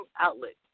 outlet